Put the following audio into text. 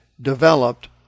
developed